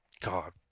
God